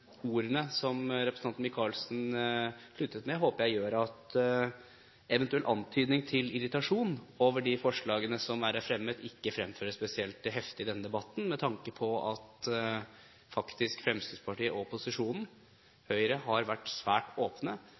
ordene som representanten Michaelsen sluttet med, håper jeg gjør at en eventuell antydning til irritasjon over de forslagene som her er fremmet, ikke fremføres spesielt heftig i denne debatten, med tanke på at Fremskrittspartiet og opposisjonen, Høyre, har vært svært åpne.